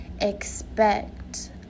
expect